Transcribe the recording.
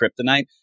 kryptonite